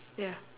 ya